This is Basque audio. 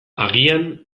agian